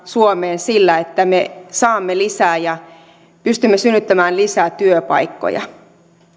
suomeen ainoastaan sillä että me saamme lisää ja pystymme synnyttämään lisää työpaikkoja